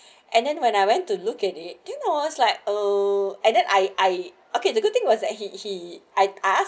and then when I went to look at it know I was like oh and then I I okay it's a good thing was that he he I asked